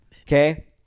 Okay